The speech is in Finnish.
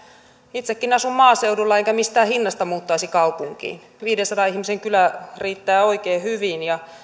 itsekin asun maaseudulla enkä mistään hinnasta muuttaisi kaupunkiin viidensadan ihmisen kylä riittää oikein hyvin ja